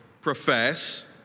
profess